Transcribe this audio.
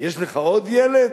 יש לך עוד ילד?